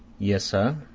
yes, sir.